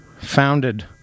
founded